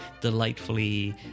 delightfully